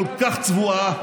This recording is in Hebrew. כל כך צבועה